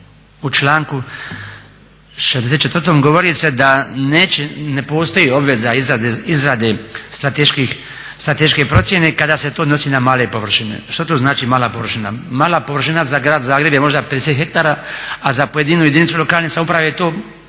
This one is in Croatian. u članku 64. govori se da ne postoji obveza izrade strateške procjene kada se to odnosi na male površine. Što to znači mala površina? Mala površina za Grad Zagreb je možda 50 hektara, a za pojedinu jedinicu lokalne samouprave je to